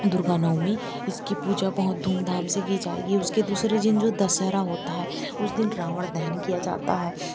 दुर्गा नवमी इसकी पूजा बहुत धूमधाम से की जाएगी उसके दूसरे दिन जो दशहरा होता है उस दिन रावण दहन किया जाता है